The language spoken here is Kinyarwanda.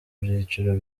byiciro